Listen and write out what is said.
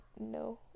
no